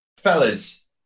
Fellas